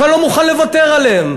שאני לא מוכן לוותר עליהם.